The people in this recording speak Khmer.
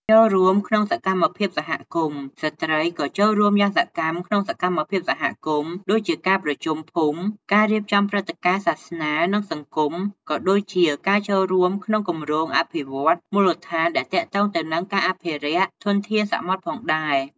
ចូលរួមក្នុងសកម្មភាពសហគមន៍ ស្ត្រីក៏ចូលរួមយ៉ាងសកម្មក្នុងសកម្មភាពសហគមន៍ ដូចជាការប្រជុំភូមិ ការរៀបចំព្រឹត្តិការណ៍សាសនា និងសង្គម ក៏ដូចជាការចូលរួមក្នុងគម្រោងអភិវឌ្ឍន៍មូលដ្ឋានដែលទាក់ទងទៅនឹងការអភិរក្សធនធានសមុទ្រផងដែរ។